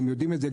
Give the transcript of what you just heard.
הם יודעים את זה.